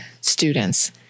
students